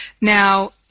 Now